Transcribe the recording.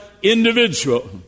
individual